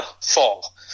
fall